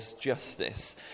justice